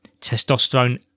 testosterone